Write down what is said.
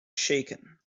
shaken